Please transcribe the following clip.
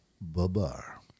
Babar